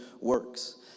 works